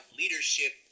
leadership